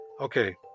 Okay